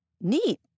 neat